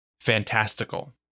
fantastical